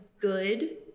good